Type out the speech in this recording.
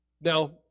Now